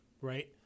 right